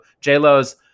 j-lo's